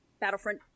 Battlefront